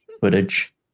footage